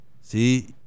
See